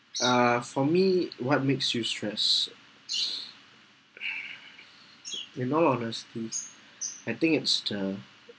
uh for me what makes you stress in all honesty I think it's the